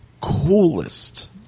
coolest